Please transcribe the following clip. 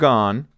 Gone